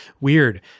Weird